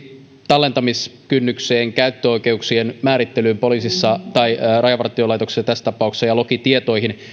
tallentamiskynnykseen käyttöoikeuksien määrittelyyn poliisissa tai rajavartiolaitoksella tässä tapauksessa ja lokitietoihin